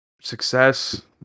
success